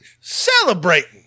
celebrating